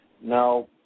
Now